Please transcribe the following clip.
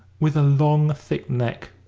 with a long thick neck,